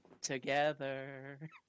together